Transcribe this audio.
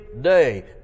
day